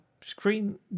screen